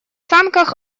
санках